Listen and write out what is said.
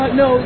no